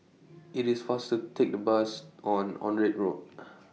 IT IS faster Take The Bus on Onraet Road